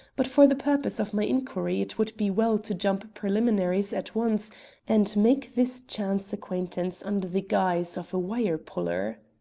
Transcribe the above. but for the purpose of my inquiry it would be well to jump preliminaries at once and make this chance acquaintance under the guise of a wire-puller.